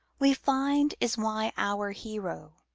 we find is why our hero,